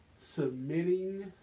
submitting